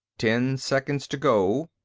ten seconds to go.